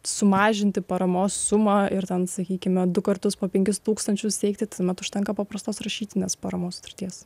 sumažinti paramos sumą ir ten sakykime du kartus po penkis tūkstančius siekti tuomet užtenka paprastos rašytinės formos sutarties